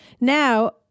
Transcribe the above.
Now